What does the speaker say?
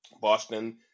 Boston